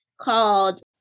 called